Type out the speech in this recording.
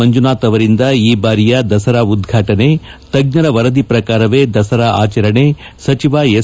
ಮಂಜುನಾಥ್ ಅವರಿಂದ ಈ ಬಾರಿಯ ದಸರಾ ಉದ್ಘಾಟನೆ ತಜ್ಞರ ವರದಿ ಪ್ರಕಾರವೇ ದಸರಾ ಆಚರಣೆ ಸಚಿವ ಎಸ್